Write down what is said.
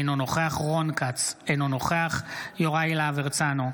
אינו נוכח רון כץ, אינו נוכח יוראי להב הרצנו,